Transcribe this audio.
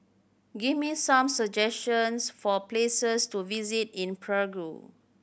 give me some suggestions for places to visit in Prague